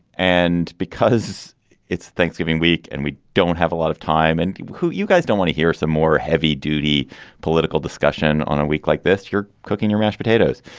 and because it's thanksgiving week and we don't have a lot of time and you guys don't wanna hear some more heavy duty political discussion on a week like this, you're cooking your mashed potatoes.